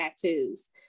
tattoos